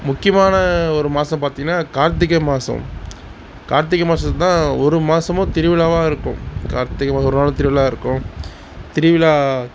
முக்கியமான ஒரு மாதம் பார்த்திங்கனா கார்த்திகை மாதம் கார்த்திகை மாதம் தான் ஒரு மாதமும் திருவிழாவாகருக்கும் கார்த்திகை மாதம் ஒரு வாரம் திருவிழா இருக்கும் திருவிழா